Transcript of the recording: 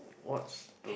what's the